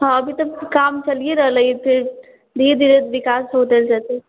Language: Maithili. हँ अभी तऽ काम चलिए रहलै ठीक धीरे धीरे विकास होतल जेतै